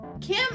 Kim